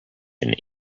and